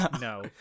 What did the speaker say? no